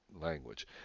language